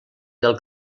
del